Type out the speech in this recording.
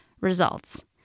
results